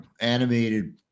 animated